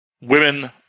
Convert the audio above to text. women